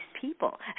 people